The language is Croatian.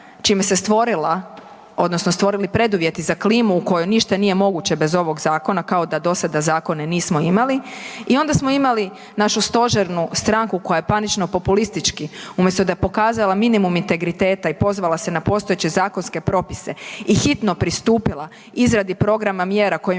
čime su se stvorila odnosno stvorili preduvjeti za klimu u kojoj ništa nije moguće bez ovog zakona kao da do sada zakone nismo imali i onda smo imali našu stožernu stranku koja je panično populistički, umjesto da je pokazala minimum integriteta i pozvala se na postojeće zakonske propise i hitno pristupila izradi programa kojim